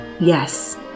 Yes